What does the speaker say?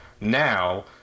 Now